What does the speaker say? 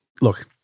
Look